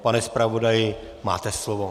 Pane zpravodaji, máte slovo.